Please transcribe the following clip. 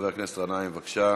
חבר הכנסת גנאים, בבקשה.